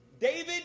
David